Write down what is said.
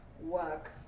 work